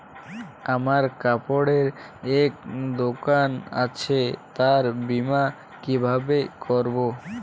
আমার কাপড়ের এক দোকান আছে তার বীমা কিভাবে করবো?